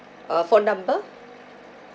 uh phone number